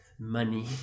money